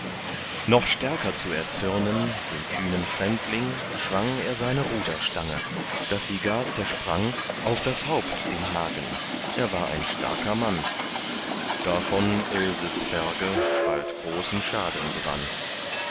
noch stärker zu erzürnen den kühnen fremdling schwang er seine ruderstange daß sie gar zersprang auf das haupt dem hagen er war ein starker mann davon elses ferge bald großen schaden gewann